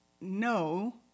No